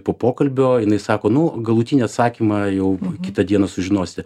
po pokalbio jinai sako nu galutinį atsakymą jau kitą dieną sužinosi